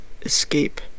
escape